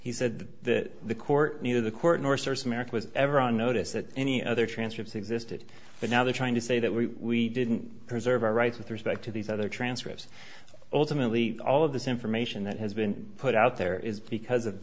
he said that the court neither the court nor source america was ever on notice that any other transcripts existed but now they're trying to say that we didn't preserve our rights with respect to these other transcripts ultimately all of this information that has been put out there is because of